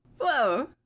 whoa